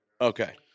Okay